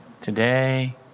Today